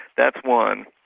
that's one.